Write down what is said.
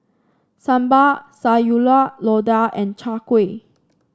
Sambal Sayur Lodeh and Chai Kuih